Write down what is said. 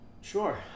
Sure